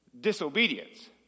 disobedience